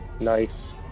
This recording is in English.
nice